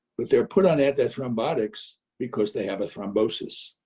but they're put on anti-thrombotics because they have a thrombosis.